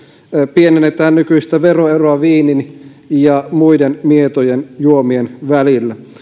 pienennetään nykyistä veroeroa viinin ja muiden mietojen juomien välillä